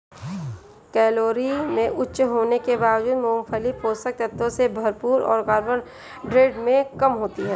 calorie में उच्च होने के बावजूद, मूंगफली पोषक तत्वों से भरपूर और कार्बोहाइड्रेट में कम होती है